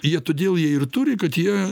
jie todėl jie ir turi kad jie